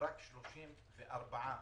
הנושא הראשון: